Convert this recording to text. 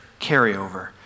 carryover